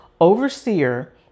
overseer